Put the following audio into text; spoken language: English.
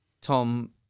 Tom